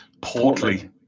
portly